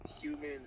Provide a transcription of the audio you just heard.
human